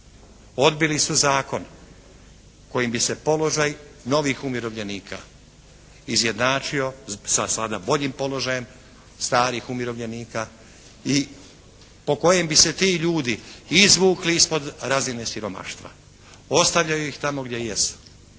Odbili su zakon kojim bi se položaj novih umirovljenika izjednačio sa sada boljim položajem starih umirovljenika i po kojem bi se ti ljudi izvukli ispod razine siromaštva, ostavljaju ih tamo gdje jesu,